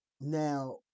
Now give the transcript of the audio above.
now